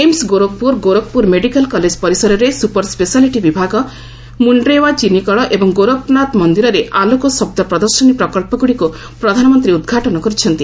AIIMS Gorakhpur Gorakhpur medical college ପରିସରରେ super speciality ବିଭାଗ ମୁଣ୍ଡ୍ରେଓ୍ୱା ଚିନିକଳ ଏବଂ ଗୋରଖନାଥ ମନ୍ଦିରରେ ଆଲୋକ ଶବ୍ଦ ପ୍ରଦର୍ଶନୀ ପ୍ରକଳ୍ପଗୁଡ଼ିକୁ ପ୍ରଧାନମନ୍ତ୍ରୀ ଉଦ୍ଘାଟନ କରିଛନ୍ତି